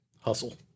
hustle